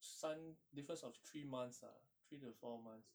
三 difference of three months lah three to four months